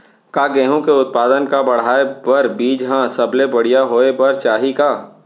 का गेहूँ के उत्पादन का बढ़ाये बर बीज ह सबले बढ़िया होय बर चाही का?